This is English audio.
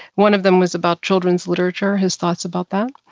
one of them was about children's literature, his thoughts about that.